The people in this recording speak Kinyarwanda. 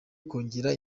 kongera